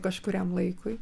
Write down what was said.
kažkuriam laikui